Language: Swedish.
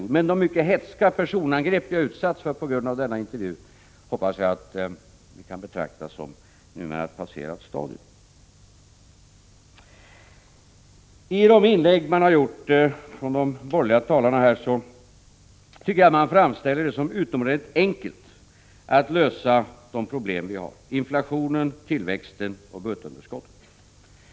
De mycket hätska personangrepp jag har utsatts för på grund av denna intervju hoppas jag vi kan betrakta som ett numera passerat stadium. Jag tycker att de borgerliga talarna i sina inlägg här i dag har framställt det som utomordentligt enkelt att lösa de problem vi har: inflationen, tillväxten och budgetunderskottet.